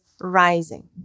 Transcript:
rising